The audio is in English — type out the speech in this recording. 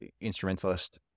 instrumentalist